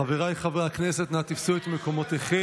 חבריי חברי הכנסת, אנא תפסו את מקומותיכם.